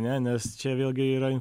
ne nes čia vėlgi yra